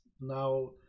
Now